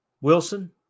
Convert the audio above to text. Wilson